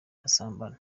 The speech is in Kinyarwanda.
basambana